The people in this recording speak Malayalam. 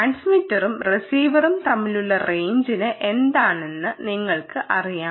ട്രാൻസ്മിറ്ററും റിസീവറും തമ്മിലുള്ള റെയിഞ്ച് എന്താണെന്ന് നിങ്ങൾക്ക് അറിയാം